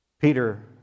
Peter